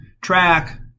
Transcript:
track